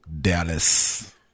Dallas